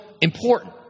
important